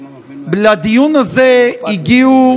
לדיון הזה הגיעו